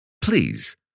Please